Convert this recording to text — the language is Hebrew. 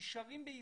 נשארים בישראל,